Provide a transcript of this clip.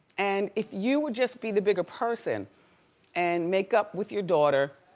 and if you would just be the bigger person and make up with your daughter,